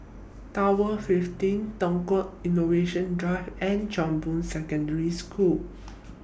Tower fifteen Tukang Innovation Drive and Chong Boon Secondary School